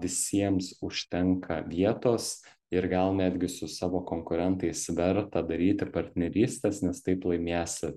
visiems užtenka vietos ir gal netgi su savo konkurentais verta daryti partnerystes nes taip laimėsi